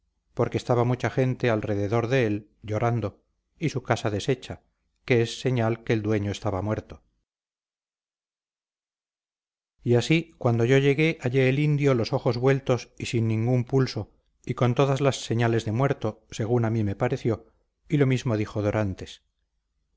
porque estaba mucha gente al derredor de él llorando y su casa deshecha que es señal que el dueño estaba muerto y así cuando yo llegué hallé el indio los ojos vueltos y sin ningún pulso y con todas las señales de muerto según a mí me pareció y lo mismo dijo dorantes